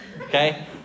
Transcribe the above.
okay